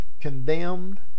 condemned